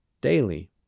daily